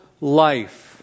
life